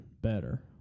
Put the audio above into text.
better